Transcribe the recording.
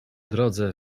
drodze